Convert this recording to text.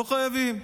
לא חייבים.